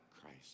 Christ